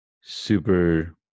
super